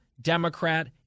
Democrat